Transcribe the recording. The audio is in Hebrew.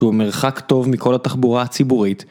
הוא מרחק טוב מכל התחבורה הציבורית